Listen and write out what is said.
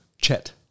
Chet